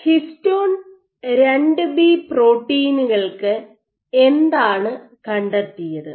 histone 2 B പ്രോട്ടീനുകൾക്ക് എന്താണ് കണ്ടെത്തിയത്